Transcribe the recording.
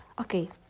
Okay